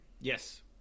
Yes